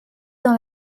dans